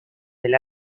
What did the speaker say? del